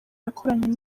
yakoranye